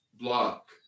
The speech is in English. block